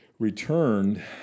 returned